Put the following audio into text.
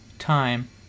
time